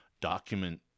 document